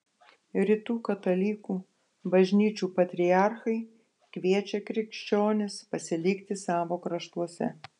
rytų katalikų bažnyčių patriarchai kviečia krikščionis pasilikti savo kraštuose